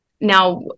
now